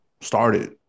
started